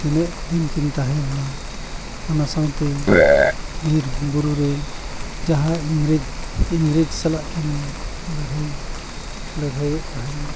ᱛᱤᱱᱟᱹᱜ ᱫᱤᱱᱠᱤᱱ ᱛᱟᱦᱮᱸ ᱞᱮᱱᱟ ᱚᱱᱟ ᱥᱟᱶᱛᱮ ᱵᱤᱨᱼᱵᱩᱨᱩ ᱨᱮ ᱡᱟᱦᱟᱸᱭ ᱤᱝᱨᱮᱹᱡᱽ ᱤᱝᱨᱮᱹᱡᱽ ᱥᱟᱞᱟᱜ ᱠᱤᱱ ᱞᱟᱹᱲᱦᱟᱹᱭ ᱞᱟᱹᱲᱦᱟᱹᱭᱮᱫ ᱛᱟᱦᱮᱱ